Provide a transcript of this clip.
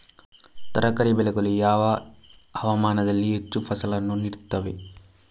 ತರಕಾರಿ ಬೆಳೆಗಳು ಯಾವ ಹವಾಮಾನದಲ್ಲಿ ಹೆಚ್ಚು ಫಸಲನ್ನು ನೀಡುತ್ತವೆ?